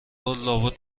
لابد